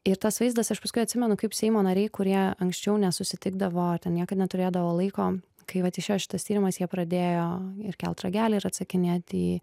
ir tas vaizdas aš paskui atsimenu kaip seimo nariai kurie anksčiau nesusitikdavo ar ten niekad neturėdavo laiko kai vat išėjo šitas tyrimas jie pradėjo ir kelt ragelį ir atsakinėt į